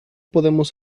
podemos